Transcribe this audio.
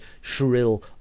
shrill